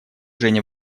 женя